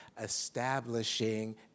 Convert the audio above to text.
establishing